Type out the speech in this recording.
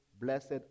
Blessed